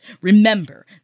Remember